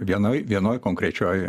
vienoj vienoj konkrečioj